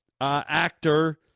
actor